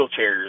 wheelchairs